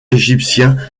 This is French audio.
égyptien